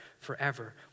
forever